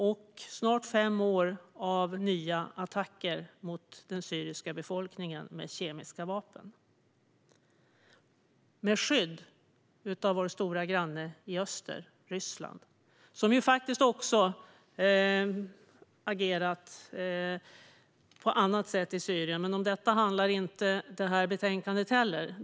Och det har snart varit fem år av nya attacker mot den syriska befolkningen med kemiska vapen - med skydd av vår stora granne i öster, Ryssland, som faktiskt också agerat på annat sätt i Syrien. Men om detta handlar inte detta betänkande heller.